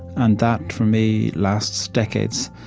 and that, for me, lasts decades.